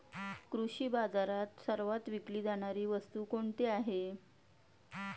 कृषी बाजारात सर्वात विकली जाणारी वस्तू कोणती आहे?